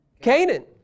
Canaan